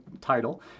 title